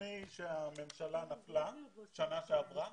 לפני שהממשלה נפלה שנה שעברה.